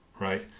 right